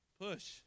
Push